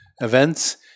events